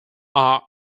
are